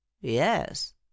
yes